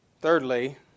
Thirdly